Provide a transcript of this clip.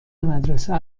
مدرسه